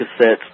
cassettes